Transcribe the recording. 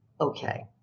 Okay